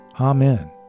Amen